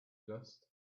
dust